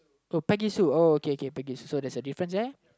so Peggy Sue oh okay K Peggy Sue so there's a difference ya